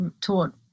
taught